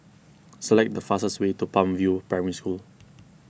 select the fastest way to Palm View Primary School